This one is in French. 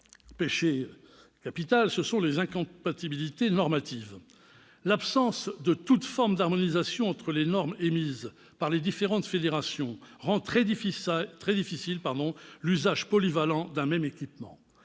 péchés capitaux, j'en viens aux incompatibilités normatives. L'absence de toute forme d'harmonisation entre les normes émises par les différentes fédérations rend très difficile l'usage polyvalent d'un même équipement.